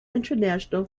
international